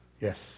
yes